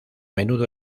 menudo